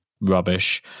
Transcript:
rubbish